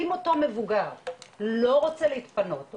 אם אותו מבוגר לא רוצה להתפנות,